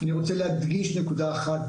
ברשותכם, אני רוצה להדגיש נקודה אחת.